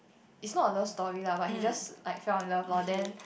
it's not a love story lah but he just like fell in love lor then